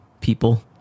people